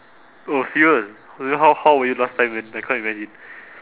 oh serious then how how were you last time man I can't imagine